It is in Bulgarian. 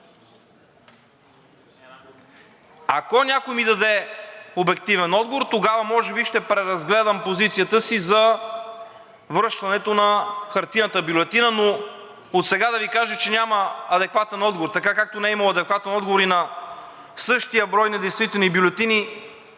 Ако някой ми даде обективен отговор, тогава може би ще преразгледам позицията за връщането на хартиената бюлетина, но отсега да Ви кажа, че няма адекватен отговор, така, както не е имало адекватен отговор и на същия брой недействителни бюлетини